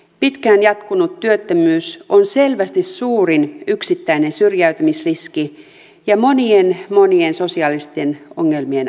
pitkään jatkunut työttömyys on selvästi suurin yksittäinen syrjäytymisriski ja monien monien sosiaalisten ongelmien aiheuttaja